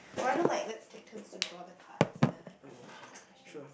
why don't like let's take turn to draw the cards and then like ask each other questions